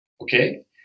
Okay